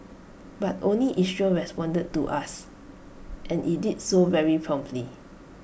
but only Israel responded to us and IT did so very promptly